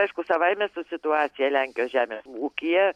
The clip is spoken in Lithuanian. aišku savaime su situacija lenkijos žemės ūkyje